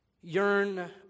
yearn